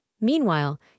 Meanwhile